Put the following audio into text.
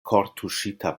kortuŝita